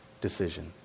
decision